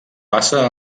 passa